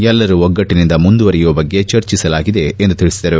ಎಲ್ಲರೂ ಒಗ್ಗಟ್ಟನಿಂದ ಮುಂದುವರೆಯುವ ಬಗ್ಗೆ ಚರ್ಚಿಸಲಾಗಿದೆ ಎಂದು ತಿಳಿಸಿದರು